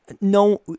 No